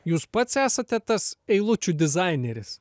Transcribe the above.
jūs pats esate tas eilučių dizaineris